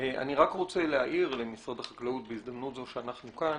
אני רק רוצה להעיר למשרד החקלאות בהזדמנות זו שאנחנו כאן,